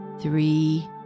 three